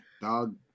dog